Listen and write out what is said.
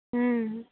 ᱦᱮᱸ